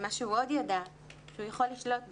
ומה שהוא עוד ידע שהוא יכול לשלוט בי,